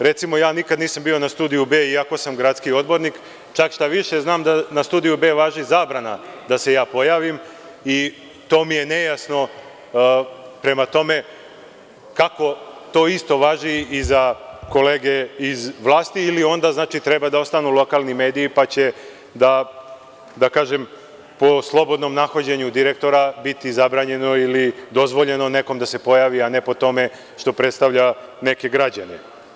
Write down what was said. Recimo, ja nikada nisam bio na „Studiju B“ iako sam gradski odbornik, čak štaviše znam da na „Studiju B“ važi zabrana da se ja pojavim i to mi je nejasno, prema tome, kako to isto važi i za kolege iz vlasti i onda znači da treba da ostanu lokalni mediji pa će po slobodnom nahođenju direktora biti zabranjeno ili dozvoljeno nekome da se pojavi, a ne po tome što predstavlja neke građane.